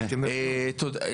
תודה.